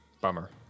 Bummer